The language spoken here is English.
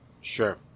Sure